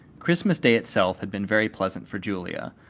christmas day itself had been very pleasant for julia,